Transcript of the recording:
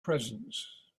presence